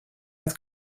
het